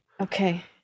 Okay